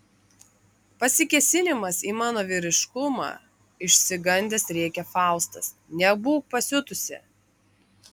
pasikėsinimas į mano vyriškumą išsigandęs rėkia faustas nebūk pasiutusi